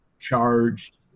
charged